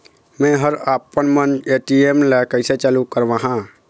मैं हर आपमन ए.टी.एम ला कैसे चालू कराहां?